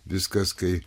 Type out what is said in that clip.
viskas kai